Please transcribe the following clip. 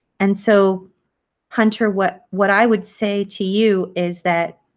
and so hunter, what what i would say to you is that